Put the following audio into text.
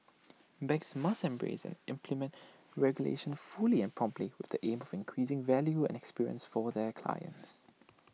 banks must embrace and implement regulation fully and promptly with the aim of increasing value and experience for their clients